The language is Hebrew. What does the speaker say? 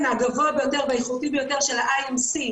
הגבוה ביותר והאיכותי ביותר של ה-IMC,